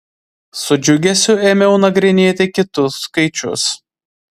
su džiugesiu ėmiau nagrinėti kitus skaičius